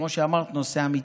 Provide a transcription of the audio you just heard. כמו שאמרת, נושא אמיתי.